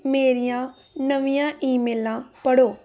ਮੇਰੀਆਂ ਨਵੀਆਂ ਈਮੇਲਾਂ ਪੜ੍ਹੋ